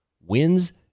wins